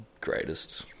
greatest